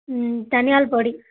ధనియాల పొడి